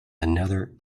another